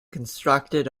constructed